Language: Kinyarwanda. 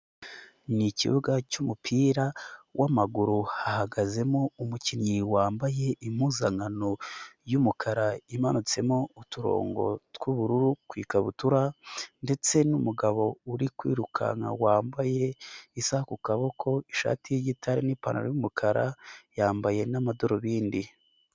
Ni ikibuga cy'umupira w'amaguru hahagazemo umukinnyi wambaye impuzankano y'umukara imanutsemo uturongo tw'ubururu ku ikabutura ndetse n'umugabo uri kwirurukanka wambaye isaha ku kaboko, ishati y'igitare n'ipantaro y'umukara, yambaye n'amadarubindi.